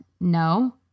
no